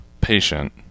patient